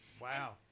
Wow